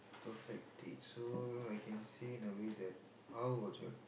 perfect date so I can say in the way that how would your